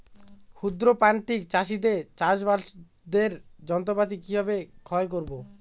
ক্ষুদ্র প্রান্তিক চাষীদের চাষাবাদের যন্ত্রপাতি কিভাবে ক্রয় করব?